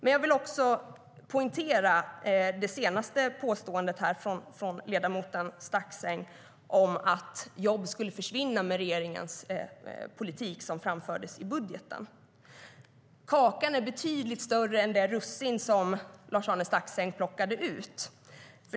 Jag vill också poängtera det senaste påståendet från ledamoten Staxäng om att jobb skulle försvinna med regeringens politik som framfördes i budgeten. Kakan är betydligt större än de russin som Lars-Arne Staxäng plockade ut.